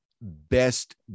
best